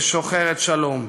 ושוחרת שלום.